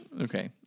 Okay